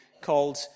called